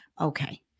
Okay